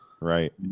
Right